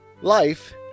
life